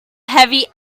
heavy